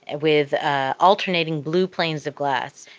and with ah alternating blue planes of glass,